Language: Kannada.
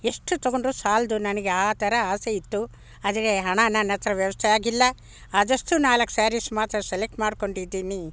ಎಷ್ಟು ತಗೊಂಡ್ರು ಸಾಲದು ನನಗೆ ಆ ಥರ ಆಸೆ ಇತ್ತು ಆದರೆ ಹಣ ನನ್ನ ಹತ್ತಿರ ವ್ಯವಸ್ಥೆ ಆಗಿಲ್ಲ ಆದಷ್ಟು ನಾಲ್ಕು ಸ್ಯಾರಿಸ್ ಮಾತ್ರ ಸೆಲೆಕ್ಟ್ ಮಾಡ್ಕೊಂಡಿದ್ದೀನಿ